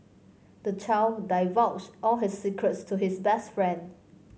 the child divulged all his secrets to his best friend